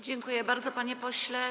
Dziękuję bardzo, panie pośle.